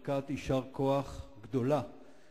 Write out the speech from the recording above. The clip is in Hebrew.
דבר ראשון, ברכת יישר כוח גדולה לחניכי,